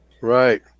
Right